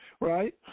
right